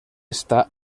esta